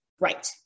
Right